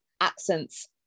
accents